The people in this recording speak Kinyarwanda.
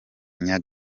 seminari